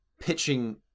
pitching